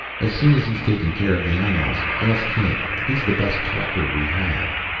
as soon as he's taken care of the animals. ask him. he's the best talker we have.